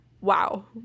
Wow